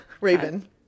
Raven